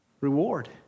reward